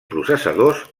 processadors